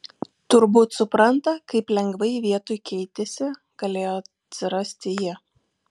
turbūt supranta kaip lengvai vietoj keitėsi galėjo atsirasti ji